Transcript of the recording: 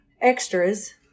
extras